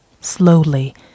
slowly